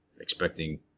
expecting